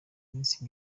iminsi